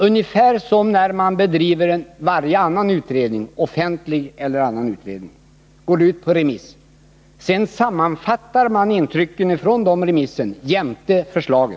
Därefter sammanfattade man intrycken från remisserna jämte förslaget, liksom i fråga om varje offentlig eller annan utredning.